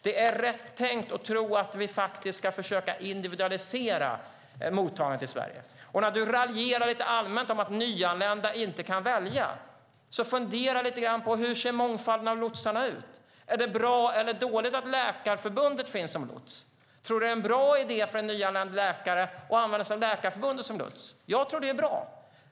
Det är rätt tänkt att tro att vi ska försöka individualisera mottagandet i Sverige. Du raljerar lite allmänt om att nyanlända inte kan välja. Men fundera lite grann på hur mångfalden av lotsar ser ut! Är det bra eller dåligt att Läkarförbundet finns som lots? Tror du att det är bra idé för en nyanländ läkare att använda sig av Läkarförbundet som lots? Jag tror att det är bra.